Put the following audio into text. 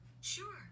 Sure